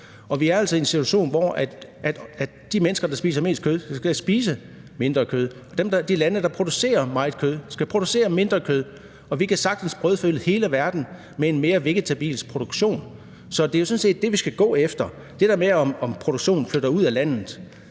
altså i en situation, hvor de mennesker, der spiser mest kød, skal spise mindre kød. De lande, der producerer meget kød, skal producere mindre kød. Og vi kan sagtens brødføde hele verden med en mere vegetabilsk produktion. Så det er jo sådan set det, vi skal gå efter. Så er der det der med, om produktionen flytter ud af landet.